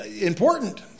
important